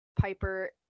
Piper